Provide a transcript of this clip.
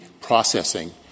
processing